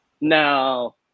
No